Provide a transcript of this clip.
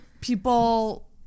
people